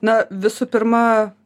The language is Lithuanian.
na visų pirma